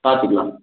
பார்த்துக்குலாம்